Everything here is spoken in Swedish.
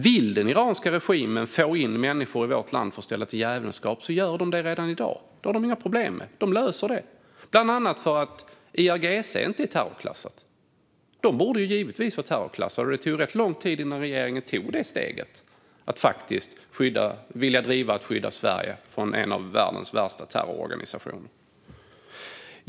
Vill den iranska regimen få in människor i vårt land för att ställa till jävelskap gör de det. Det är inga problem; de löser det - bland annat för att IRGC inte är terrorklassat, vilket det givetvis borde vara. Det tog lång tid innan regeringen tog detta steg för att skydda Sverige från en av världens värsta terrororganisationer. Fru talman!